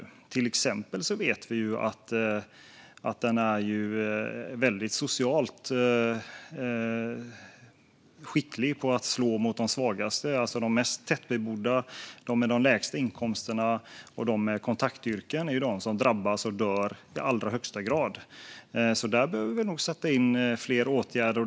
Vi vet till exempel att den är väldigt socialt skicklig när det gäller att slå mot de svagaste, alltså de som är mest trångbodda, som har de lägsta inkomsterna och som har kontaktyrken. Det är de som drabbas och som dör i allra högsta grad, så där behöver vi nog sätta in fler åtgärder.